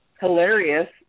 hilarious